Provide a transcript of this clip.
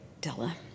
Della